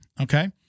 Okay